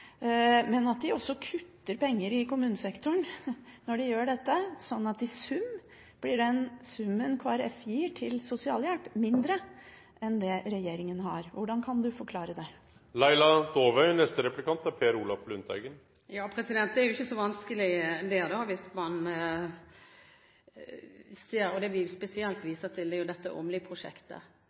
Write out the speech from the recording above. men også at de kutter penger i kommunesektoren når de gjør dette. Så i sum blir det Kristelig Folkeparti gir til sosialhjelp, mindre enn det regjeringen gjør. Hvordan kan du forklare det? Det er ikke så vanskelig, spesielt hvis vi viser til dette Åmli-prosjektet. Blant annet er det et eksempel på et veldig godt tiltak som faktisk gjør at man kan spare inn penger i den andre enden. Det er